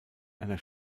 einer